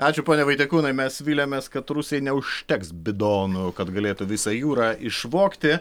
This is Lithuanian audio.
ačiū pone vaitiekūnai mes viliamės kad rusijai neužteks bidonų kad galėtų visą jūrą išvogti